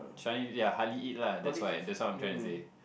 Chinese ya hardly eat lah that's why that's what I'm trying to say